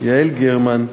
יעל גרמן,